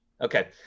okay